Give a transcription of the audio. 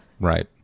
right